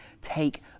take